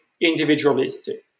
individualistic